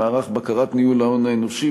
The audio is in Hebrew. מערך בקרת ניהול ההון האנושי,